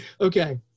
Okay